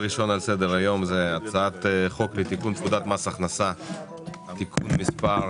סדר-היום: הצעת חוק לתיקון פקודת מס הכנסה (תיקון מס'